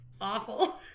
Awful